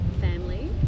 family